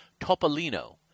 Topolino